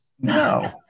no